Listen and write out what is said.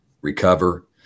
recover